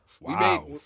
Wow